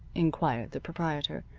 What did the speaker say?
inquired the proprietor.